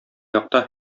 якта